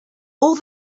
all